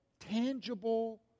tangible